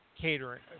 catering